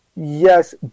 Yes